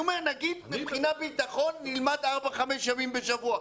נגיד מבחינת ביטחון נלמד ארבעה-חמישה ימים בשבוע,